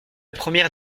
première